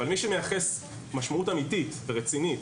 אבל מי שמייחס משמעות אמיתית ורצינית